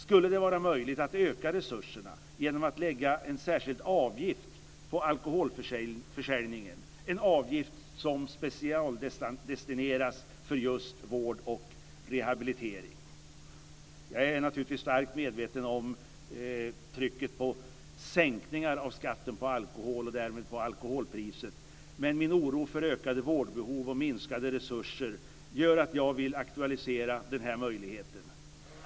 Skulle det vara möjligt att öka resurserna genom att lägga en särskild avgift på alkoholförsäljningen, en avgift som specialdestineras för just vård och rehabilitering? Jag är naturligtvis starkt medveten om trycket för att sänka skatten på alkohol, och därmed också alkoholpriset, men min oro för ökade vårdbehov och minskade resurser gör att jag vill aktualisera den här möjligheten.